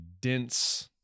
dense